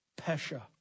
Pesha